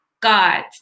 God